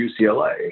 UCLA